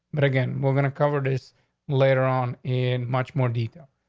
but again, we're gonna cover this later on in much more detail.